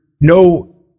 no